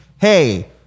hey